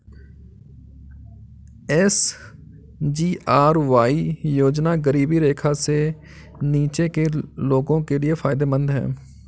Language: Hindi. एस.जी.आर.वाई योजना गरीबी रेखा से नीचे के लोगों के लिए फायदेमंद है